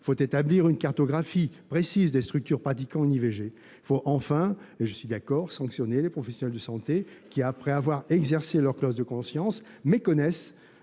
en outre d'établir une cartographie précise des structures pratiquant l'IVG. Enfin, il faut sanctionner les professionnels de santé qui, après avoir exercé leur clause de conscience, méconnaissent